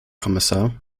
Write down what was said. kommissar